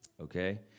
Okay